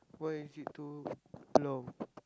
why is it too long